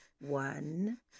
One